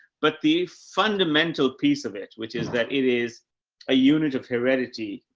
but the fundamental piece of it, which is that it is a unit of heredity,